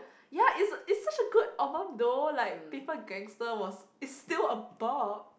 ya it's it's such a good album though like Paper Gangster was is still a bop